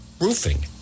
Roofing